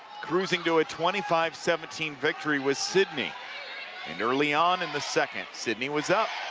cruising to a twenty five seventeen victory was sidney and early on in the second, sidney was up.